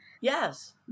Yes